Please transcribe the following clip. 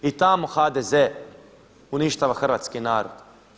I tamo HDZ uništava hrvatski narod.